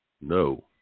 No